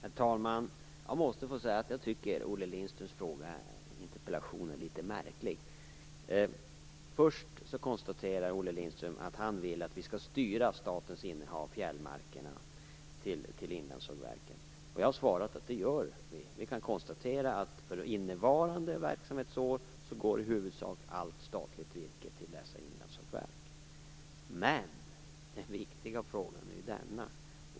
Herr talman! Jag måste få säga att jag tycker att Olle Lindströms interpellation är litet märklig. Först konstaterar Olle Lindström att han vill att vi skall styra statens innehav av fjällmarker till inlandssågverken. Jag har svarat att det gör vi. Vi kan konstatera att för innevarande verksamhetsår går i huvudsak allt statligt virke till dessa inlandssågverk. Men den viktiga frågan är en annan.